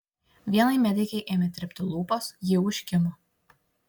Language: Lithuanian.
vienai medikei ėmė tirpti lūpos ji užkimo